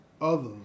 others